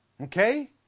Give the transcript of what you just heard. Okay